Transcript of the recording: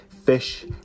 fish